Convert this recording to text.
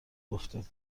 گفتین